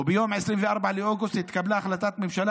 וביום 24 באוגוסט התקבלה החלטת ממשלה